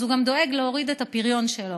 הוא גם דואג להוריד את הפריון שלו,